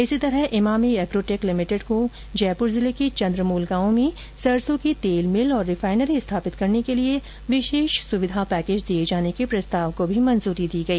इसी प्रकार Emami Agrotech Limited को जयपुर जिले के चंद्रमूल गांव में सरसों की तेल मिल और रिफाइनरी स्थापित करने के लिए विशेष सुविधा पैकेज दिए जाने के प्रस्ताव को भी मंजूरी दी गई